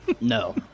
No